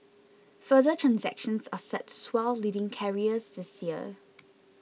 further transactions are set to swell leading carriers this year